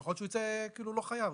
יכול להיות שהוא יצא גם לא חייב,